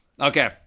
Okay